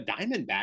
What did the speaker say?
Diamondbacks